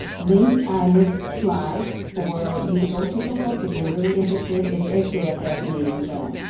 link on this slide for you to go take a look if you're really interested. it's actually a fascinating plan.